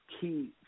key